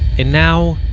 and now,